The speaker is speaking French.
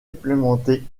implantée